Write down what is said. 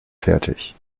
fertig